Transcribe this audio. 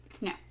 no